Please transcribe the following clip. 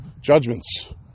judgments